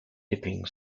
dipping